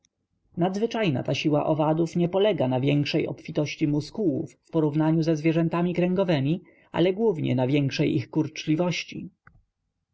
nadzwyczajna ta siła owadów nie polega na większej obfitości muskułów w porównaniu ze zwierzętami kręgowemi ale głównie na większej ich